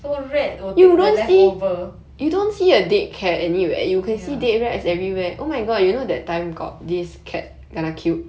so rat will take the leftover ya